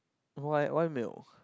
why why milk